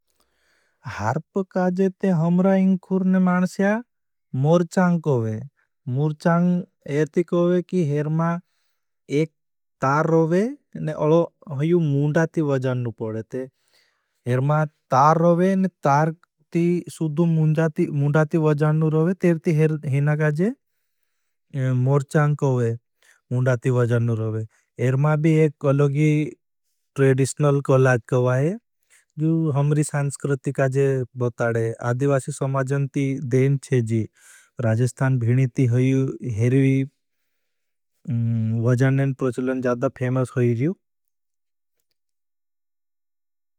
हर्प काजे ते हमरा इंखुरने मानस्या मोरचां कोवे। मोरचां कोवे कि हर मा एक तार रोवे, अलो हयू मुण्डा ती वजाननु पड़ेते। हर मा तार रोवे, ती सुदू मुण्डा ती वजाननु रोवे, तेर ती हिनागाजे मोरचां कोवे। मुण्डा ती वजाननु रोवे। हर मा भी एक अलोगी ट्रेडिशनल कोलाग कोवाए। हमरी शांस्कृतिका जे बहुत आड़े, आदिवासी समाजन ती देन चेजी, राजस्थान भीनी ती हरूई वजानन प्रचलन जादा फेमेस होई रियू।